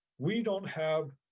we don't have.